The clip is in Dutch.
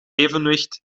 evenwicht